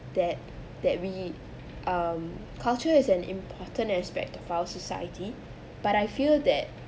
that that we um culture is an important aspect of our society but I feel that